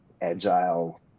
agile